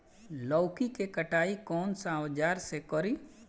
लौकी के कटाई कौन सा औजार से करी?